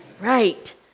Right